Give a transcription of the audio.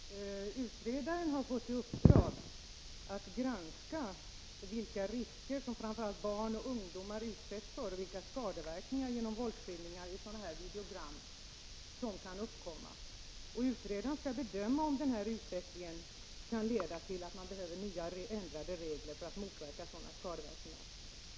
våldsskildringar Herr talman! Utredaren har fått i uppdrag att granska vilka risker som videogram framför allt barn och ungdomar utsätts för och vilka skadeverkningar våldsskildringar i videogram kan förorsaka. Utredaren skall bedöma om den här utvecklingen bör leda till ändrade regler för att motverka skadeverkningar.